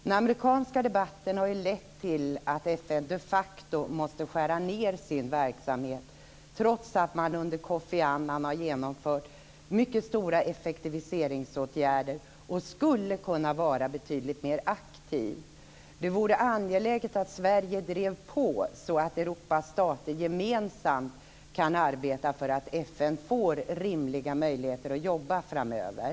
Den amerikanska debatten har ju lett till att FN de facto måste skära ned sin verksamhet, trots att man under Kofi Annan har genomfört mycket stora effektiviseringsåtgärder och skulle kunna vara betydligt mera aktivt. Det vore angeläget att Sverige drev på så att Europas stater gemensamt kan arbeta för att FN ska få rimliga möjligheter att jobba framöver.